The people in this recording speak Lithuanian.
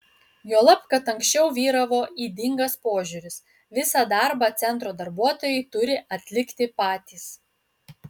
juolab kad anksčiau vyravo ydingas požiūris visą darbą centro darbuotojai turi atlikti patys